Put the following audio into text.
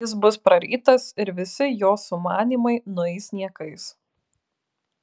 jis bus prarytas ir visi jos sumanymai nueis niekais